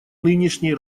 нынешней